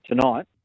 Tonight